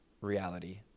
reality